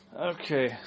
Okay